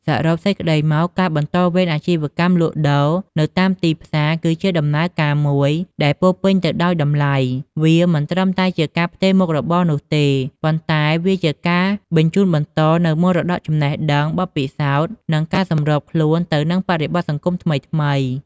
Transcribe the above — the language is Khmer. សរុបសេចក្តីមក ការបន្តវេនអាជីវកម្មលក់ដូរនៅតាមទីផ្សារគឺជាដំណើរការមួយដែលពោរពេញទៅដោយតម្លៃ វាមិនត្រឹមតែជាការផ្ទេរមុខរបរនោះទេ ប៉ុន្តែជាការបញ្ជូនបន្តនូវមរតកចំណេះដឹង បទពិសោធន៍ និងការសម្របខ្លួនទៅនឹងបរិបទសង្គមថ្មីៗ។